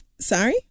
sorry